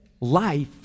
life